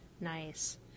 Nice